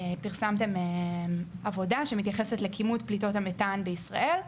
פרסמתם עבודה שמתייחסת לכימות פליטות המתאן בישראל,